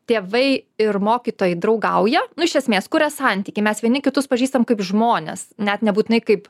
tėvai ir mokytojai draugauja nu iš esmės kuria santykį mes vieni kitus pažįstam kaip žmones net nebūtinai kaip